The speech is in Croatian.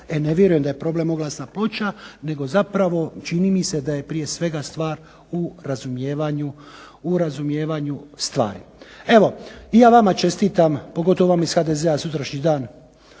E ne vjerujem da je problem oglasna ploča nego zapravo čini mi se da je prije svega stvar u razumijevanju stvari. Evo i ja vama čestitam, pogotovo vama iz HDZ-a sutrašnji dan,